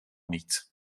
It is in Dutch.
niet